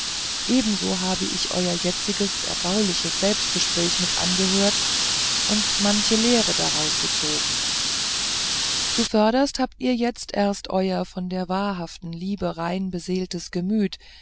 ebenso habe ich euer jetziges erbauliches selbstgespräch mit angehört und manche lehre daraus gezogen zuvörderst habt ihr jetzt erst euer von der wahrhaften liebe rein beseeltes gemüt